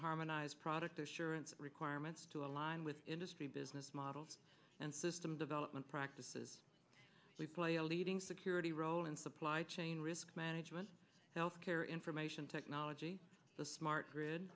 harmonize product assurance requirements to align with industry business models and system development practices we play a leading security role in supply chain risk management healthcare information technology the smart grid